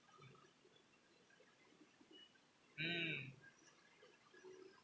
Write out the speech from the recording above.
mm